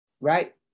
right